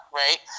right